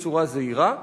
בצורה זהירה,